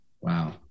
Wow